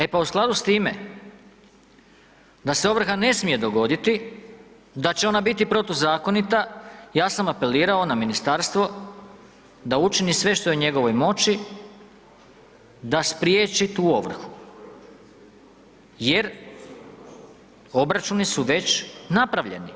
E pa u skladu s time da se ovrha ne smije dogoditi, da će ona biti protuzakonita ja sam apelirao na ministarstvo da učini sve što je u njegovoj moći da spriječi tu ovrhu jer obračuni su već napravljeni.